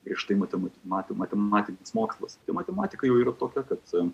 griežtai mate matematinis mokslas matematika yra tokia kad